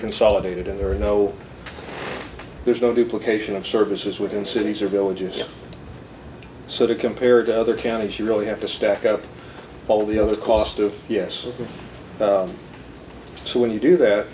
consolidated and there are no there's no duplication of services within cities or villages so to compare to other counties you really have to stack up all the other cost of yes so when you do that